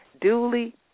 duly